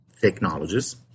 technologies